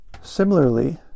Similarly